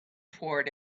toward